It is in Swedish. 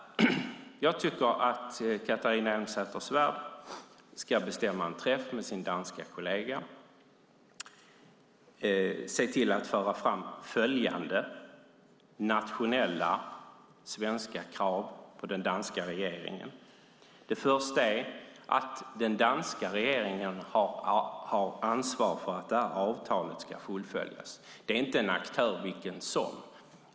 Jag tycker att Catharina Elmsäter-Svärd ska bestämma en träff med sin danska kollega och se till att föra fram följande nationella svenska krav på den danska regeringen. Det första är att den danska regeringen har ansvar för att detta avtal ska fullföljas. Det är inte vilken aktör som helst.